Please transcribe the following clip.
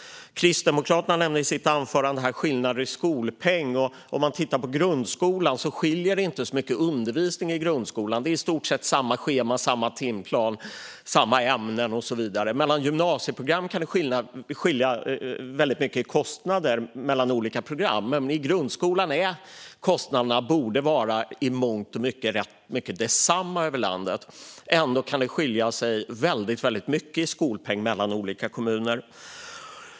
Kristdemokraterna nämnde i sitt anförande skillnaderna i skolpeng. För grundskolan är det i stort sett samma schema, samma timplan, samma ämnen och så vidare, och det skiljer sig inte så mycket när det gäller undervisningen. Mellan gymnasieprogram kan det däremot skilja väldigt mycket i kostnader mellan olika program. Men i grundskolan borde kostnaderna alltså i mångt och mycket vara desamma över landet. Ändå kan det skilja väldigt mycket i skolpeng mellan olika kommuner.